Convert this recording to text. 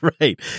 right